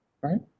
right